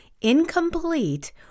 incomplete